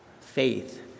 faith